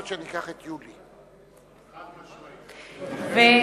אחרי מלחמת לבנון, אלה ההמלצות של ועדת-וינוגרד.